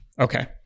Okay